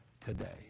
Today